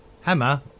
Hammer